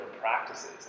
practices